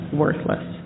worthless